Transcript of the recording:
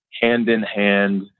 hand-in-hand